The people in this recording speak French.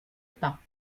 pas